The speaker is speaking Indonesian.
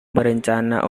berencana